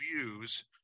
views